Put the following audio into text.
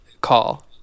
call